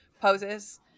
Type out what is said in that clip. poses